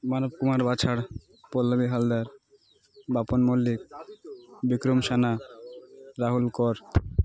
Manav Kumar Bachhad Pallami Habildar Bapun Mallick Bikram Sana Rahul core